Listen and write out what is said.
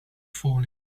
falling